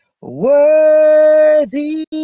worthy